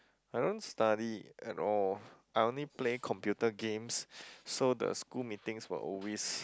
I don't study at all I only play computer games so the school meetings will always